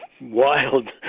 wild